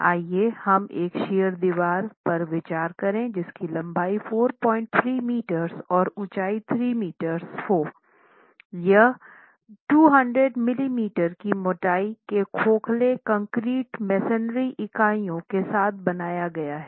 आइए हम एक शियर दीवार पर विचार करें जिसकी लंबाई 43 मीटर और ऊंचाई 3 मीटर हो यह 200 मिलीमीटर की मोटाई के खोखले कंक्रीट मेसनरी इकाइयों के साथ बनाया गया है